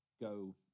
go